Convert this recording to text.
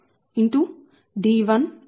16